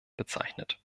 bezeichnet